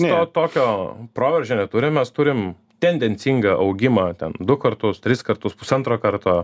to tokio proveržio neturim mes turim tendencingą augimą ten du kartus tris kartus pusantro karto